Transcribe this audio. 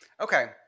Okay